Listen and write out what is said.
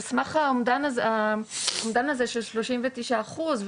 על סמך האומדן הזה של שלושים ותשעה אחוז,